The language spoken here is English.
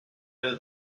that